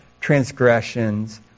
transgressions